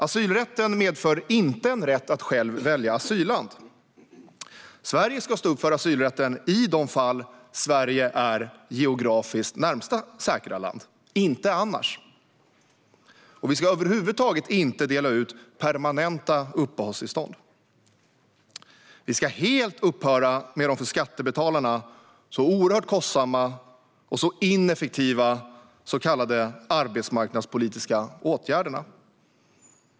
Asylrätten medför inte en rätt att själv välja asylland. Sverige ska stå upp för asylrätten i de fall då Sverige är det geografiskt närmaste säkra landet, inte annars. Vi ska över huvud taget inte dela ut permanenta uppehållstillstånd. Vi ska helt upphöra med de för skattebetalarna så oerhört kostsamma, och så ineffektiva, så kallade arbetsmarknadspolitiska åtgärderna.